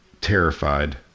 terrified